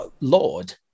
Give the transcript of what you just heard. Lord